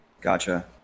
gotcha